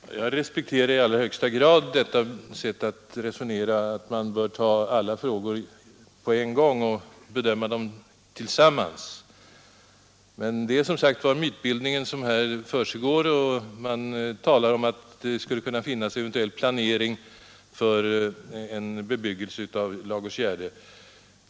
Herr talman! Jag respekterar i allra högsta grad herr statsrådets sätt att resonera: att man bör ta alla frågor på en gång och bedöma dem tillsammans. Men här försiggår, som sagt var, en mytbildning. Man talar om att det skulle kunna finnas eventuell planering för en bebyggelse av Ladugårdsgärde.